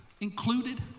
included